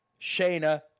Shayna